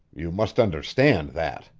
you must understand that!